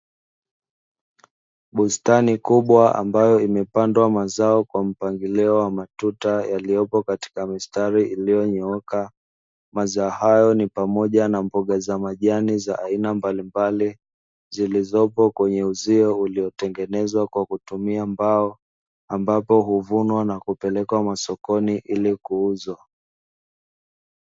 Bustani kubwa ambayo imepandwa mazao kwa mpangilio wa matuta yaliyopo katika mstari uliyonyooka, mazao hayo ni pamoja na mboga za majani za aina mbalimbali zilizopo kwenye uzio uliotengenezwa kwa kutumia mbao, ambapo huvunwa na kupelekwa masokoni ili kuuzwa.